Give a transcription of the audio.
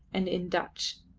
and in dutch.